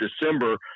December